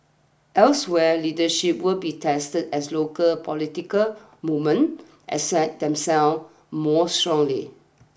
elsewhere leadership will be tested as local political movement asset themselves more strongly